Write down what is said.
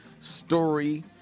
story